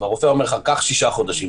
והרופא אומר לך: קח לשישה חודשים,